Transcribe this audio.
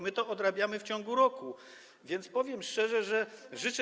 My to odrabiamy w ciągu roku, więc powiem szczerze, że życzę.